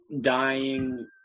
dying